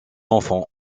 enfants